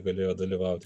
galėjo dalyvauti